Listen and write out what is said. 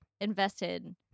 invested